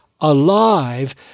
alive